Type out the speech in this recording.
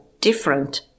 different